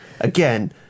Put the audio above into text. Again